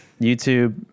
YouTube